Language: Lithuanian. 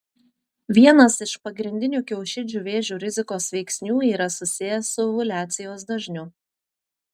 vienas iš pagrindinių kiaušidžių vėžio rizikos veiksnių yra susijęs su ovuliacijos dažniu